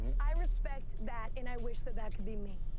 i respect that and i wish that that could be me.